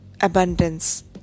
abundance